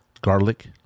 garlic